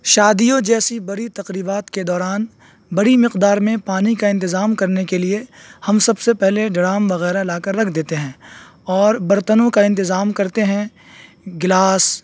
شادیوں جیسی بڑی تقریبات کے دوران بڑی مقدار میں پانی کا انتظام کرنے کے لیے ہم سب سے پہلے ڈرام وغیرہ لا کر رکھ دیتے ہیں اور برتنوں کا انتظام کرتے ہیں گلاس